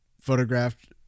photographed